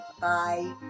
bye